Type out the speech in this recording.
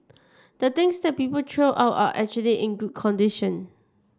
the things that people throw out are actually in good condition